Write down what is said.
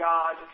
God